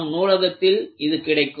நம் நூலகத்தில் இது கிடைக்கும்